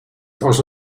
also